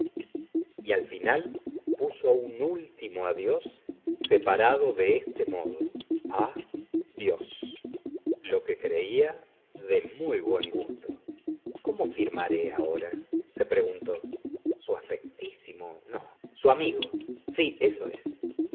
y al final puso un último adiós separado de este modo a dios lo que creía de muy buen gusto cómo firmaré ahora se preguntó su afectfsimo no su amigo sí eso es